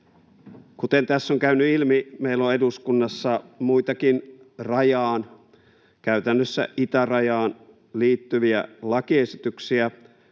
Kuten tässä on käynyt ilmi, meillä on eduskunnassa muitakin rajaan, käytännössä itärajaan, liittyviä lakiesityksiä.